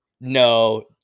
no